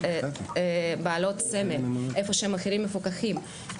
בעלות סמל איפה שהמחירים מפוקחים.